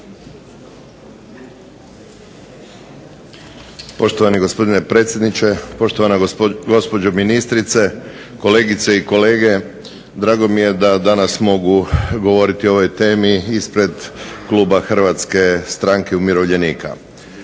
Poštovani gospodine predsjedniče, poštovana gospođo ministrice, kolegice i kolege. Drago mi je da danas mogu govoriti o ovoj temi ispred kluba Hrvatske stranke umirovljenika.